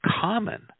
common